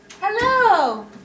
Hello